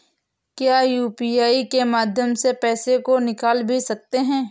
क्या यू.पी.आई के माध्यम से पैसे को निकाल भी सकते हैं?